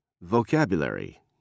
Vocabulary